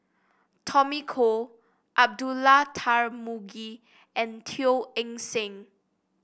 Tommy Koh Abdullah Tarmugi and Teo Eng Seng